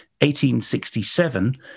1867